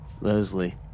Leslie